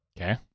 Okay